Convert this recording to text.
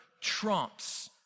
trumps